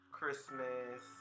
Christmas